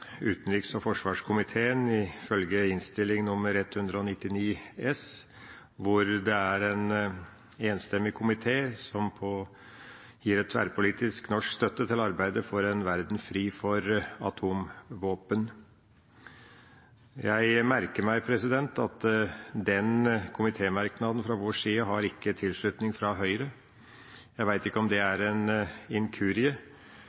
utenriks- og forsvarskomiteen, ifølge Innst. 199 S for 2015–2016, hvor det er en enstemmig komité som gir tverrpolitisk norsk støtte til arbeidet «for en verden fri for atomvåpen». Jeg merker meg at denne komitémerknaden fra vår side ikke har tilslutning fra Høyre. Jeg vet ikke om det